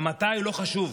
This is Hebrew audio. ה"מתי" לא חשוב.